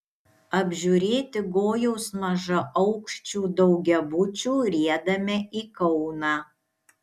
apžiūrėti gojaus mažaaukščių daugiabučių riedame į kauną